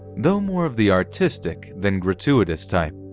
though more of the artistic than gratuitous type.